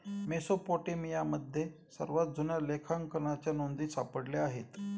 मेसोपोटेमियामध्ये सर्वात जुन्या लेखांकनाच्या नोंदी सापडल्या आहेत